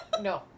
No